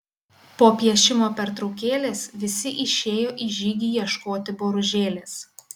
po piešimo pertraukėlės visi išėjo į žygį ieškoti boružėlės